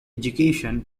education